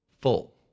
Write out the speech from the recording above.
full